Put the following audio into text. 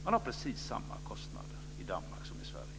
Man har precis samma kostnader i Danmark som i Sverige.